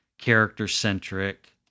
character-centric